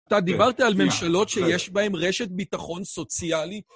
אתה דיברת על ממשלות שיש בהן רשת ביטחון סוציאלי?